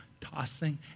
tossing